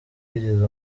yigeze